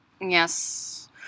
yes